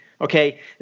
Okay